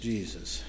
Jesus